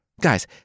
Guys